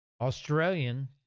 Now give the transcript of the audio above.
Australian